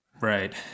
Right